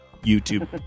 YouTube